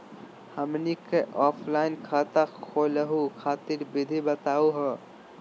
हमनी क ऑफलाइन खाता खोलहु खातिर विधि बताहु हो?